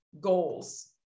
goals